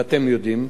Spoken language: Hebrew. ואתם יודעים,